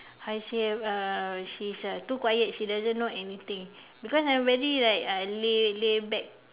how you say uh she's err too quiet she doesn't know anything because I am very like uh lay lay back